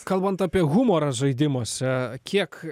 kalbant apie humorą žaidimuose kiek